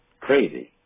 Crazy